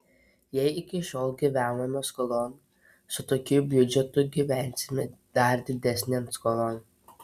jei iki šiol gyvenome skolon su tokiu biudžetu gyvensime dar didesnėn skolon